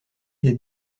des